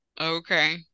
okay